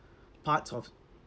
parts of